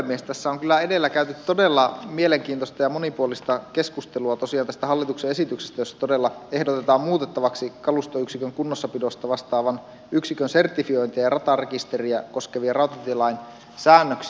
tässä on kyllä edellä käyty todella mielenkiintoista ja monipuolista keskustelua tosiaan tästä hallituksen esityksestä jossa todella ehdotetaan muutettavaksi kalustoyksikön kunnossapidosta vastaavan yksikön sertifiointia ja ratarekisteriä koskevia rautatielain säännöksiä